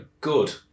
good